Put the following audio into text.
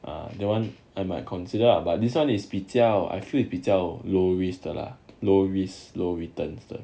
ah that one I might consider ah but this one is pizza I feel is 比较 low risk low risk low returns 的